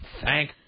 Thank